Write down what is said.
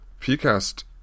PCAST